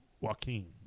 Joaquin